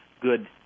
good